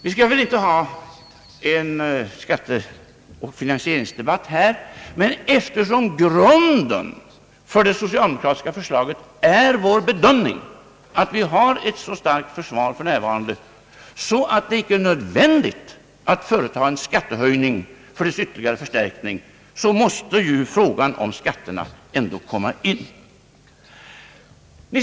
Vi skall väl inte ha en skatteoch finansieringsdebatt här i dag, men eftersom grunden för det socialdemokratiska förslaget är vår bedömning att vi har ett så starkt försvar för närvarande, att det icke är nödvändigt att företa en skattehöjning för dess ytterligare för stärkning, måste ju frågan om skatter ändå komma in i resonemanget.